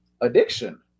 addiction